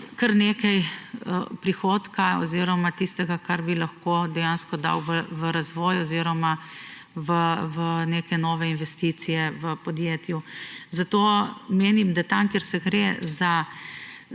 kar nekaj prihodka oziroma tistega, kar bi lahko dejansko dal v razvoj oziroma v neke nove investicije v podjetju. Zato menim, da tam, kje gre za